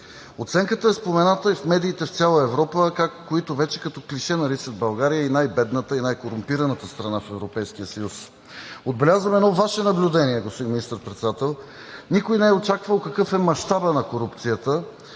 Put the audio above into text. Оценката е спомената и в медиите в цяла Европа, които вече като клише наричат България „и най-бедната, и най-корумпираната“ страна в Европейския съюз. Отбелязваме едно Ваше наблюдение, господин Министър-председател! Никой не е очаквал какъв е мащабът на корупцията